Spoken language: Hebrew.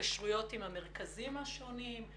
התקשרויות עם המרכזים השונים וכולי?